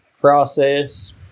process